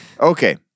okay